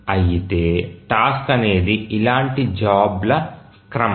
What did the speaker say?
అయితే టాస్క్ అనేది ఇలాంటి జాబ్ ల క్రమం